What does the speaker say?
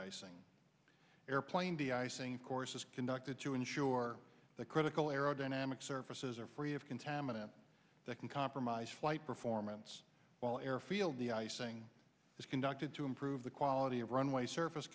icing airplane the icing of course is conducted to ensure the critical aerodynamic surfaces are free of contaminants that can compromise flight performance while airfield the icing is conducted to improve the quality of runway surface